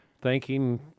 thanking